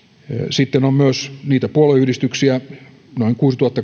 sitten on myös niitä puolueyhdistyksiä noin kuusituhatta